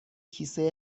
کیسه